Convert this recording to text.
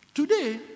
Today